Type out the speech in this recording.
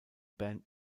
band